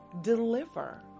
deliver